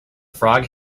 frog